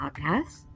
podcast